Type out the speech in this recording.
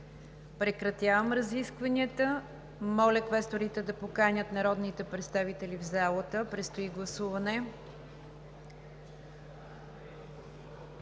Прекратявам разискванията. Моля квесторите да поканят народните представители в залата. Предстои гласуване.